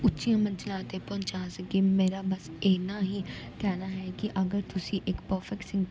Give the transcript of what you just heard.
ਉੱਚੀਆਂ ਮੰਜ਼ਿਲਾਂ 'ਤੇ ਪਹੁੰਚਾ ਸਕੇ ਮੇਰਾ ਬਸ ਇੰਨਾ ਹੀ ਕਹਿਣਾ ਹੈ ਕਿ ਅਗਰ ਤੁਸੀਂ ਇੱਕ ਪਰਫੈਕਟ ਸਿੰਗ